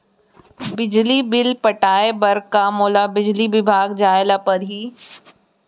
बिजली बिल पटाय बर का मोला बिजली विभाग जाय ल परही?